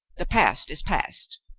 the past is past.